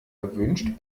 erwünscht